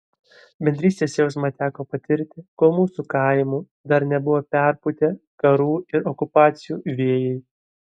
bendrystės jausmą teko patirti kol mūsų kaimų dar nebuvo perpūtę karų ir okupacijų vėjai